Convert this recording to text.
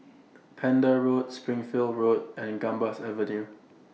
Pender Roads Springfield Road and Gambas Avenue